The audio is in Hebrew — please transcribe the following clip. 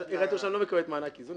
עיריית ירושלים לא מקבלת מענק איזון,